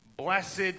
blessed